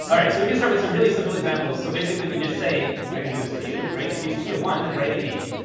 um right. so we can start with some really simple examples. so basically, we can just say i can do this to you, right? if you see a one, then write an eight.